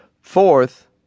Fourth